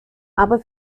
aber